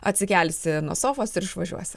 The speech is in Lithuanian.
atsikelsi nuo sofos ir išvažiuosi